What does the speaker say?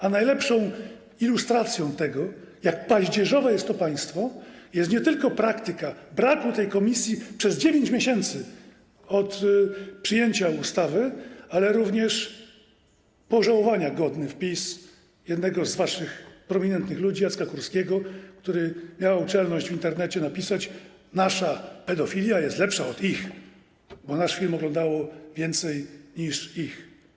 A najlepszą ilustracją tego, jak paździerzowe jest to państwo, jest nie tylko praktyka braku tej komisji przez 9 miesięcy od przyjęcia ustawy, ale również pożałowania godny wpis jednego z waszych prominentnych ludzi, Jacka Kurskiego, który miał czelność w Internecie napisać: Nasza pedofilia jest lepsza od ich, bo nasz film oglądało więcej niż ich.